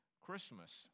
Christmas